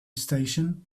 station